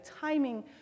timing